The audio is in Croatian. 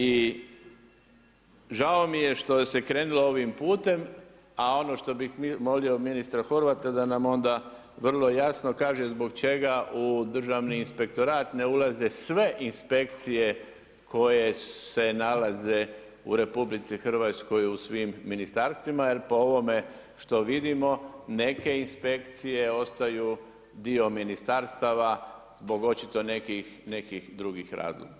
I žao mi je što se krenulo ovim pute, a ono što bih molio ministra Horvata da nam onda vrlo jasno kaže zbog čega u državni inspektorat ne ulaze sve inspekcije koje se nalaze u Republici Hrvatskoj u svim ministarstvima, jer po ovome što vidimo neke inspekcije ostaju dio ministarstava zbog očito nekih drugih razloga.